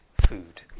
food